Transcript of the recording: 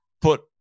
put